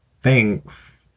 Thanks